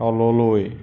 তললৈ